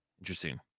interesting